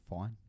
fine